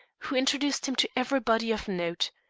who introduced him to everybody of note.